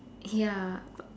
ya but